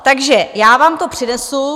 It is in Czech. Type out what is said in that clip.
Takže já vám to přinesu.